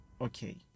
okay